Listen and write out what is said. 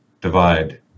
divide